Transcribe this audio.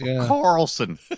Carlson